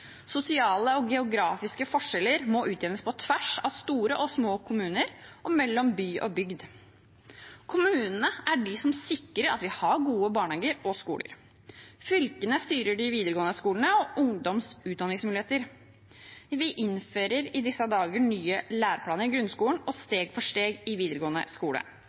Sosiale og geografiske forskjeller må utjevnes på tvers av store og små kommuner og mellom by og bygd. Kommunene er de som sikrer at vi har gode barnehager og skoler. Fylkene styrer de videregående skolene og ungdoms utdanningsmuligheter. Vi innfører i disse dager nye læreplaner i grunnskolen og steg for steg i videregående skole.